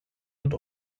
und